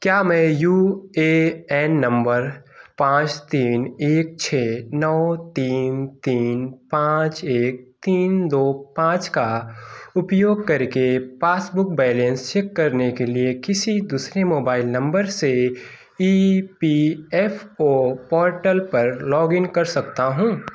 क्या मैं U A N number पाँच तीन एक छ नौ तीन तीन पाँच एक तीन दो पाँच का उपयोग करके पासबुक बैलेंस चेक करने के लिए किसी दूसरे मोबाइल नंबर से E P F O portal पर लॉग इन कर सकता हूँ